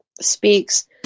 speaks